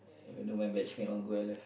even though my batch cannot go I left